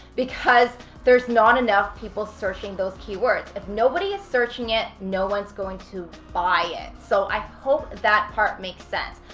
because there's not enough people searching those keywords. if nobody is searching it, no one is going to buy it. so i hope that part made sense.